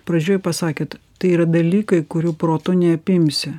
pradžioj pasakėt tai yra dalykai kurių protu neapimsi